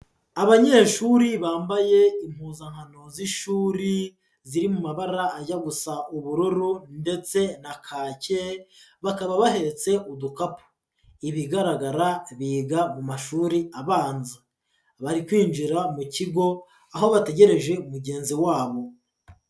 Abanyeshuri bambaye impuzankano z'ishuri ziri mu mabara ajya gusa ubururu ndetse na kaki, bakaba bahetse udukapu, ibigaragara biga mu mashuri abanza, bari kwinjira mu kigo aho bategereje mugenzi wabo.